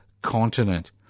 continent